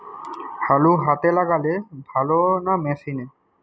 আলু হাতে লাগালে ভালো না মেশিনে?